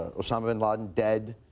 osama bin laden dead.